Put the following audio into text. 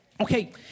Okay